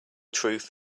truth